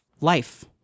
life